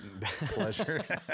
Pleasure